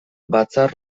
batzar